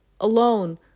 alone